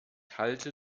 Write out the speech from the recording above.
halte